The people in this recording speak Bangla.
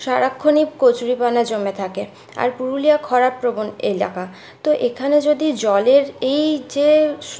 সারাক্ষণই কচুরিপানা জমে থাকে আর পুরুলিয়া খরাপ্রবণ এলাকা তো এখানে যদি জলের এই যে